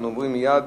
אנחנו עוברים מייד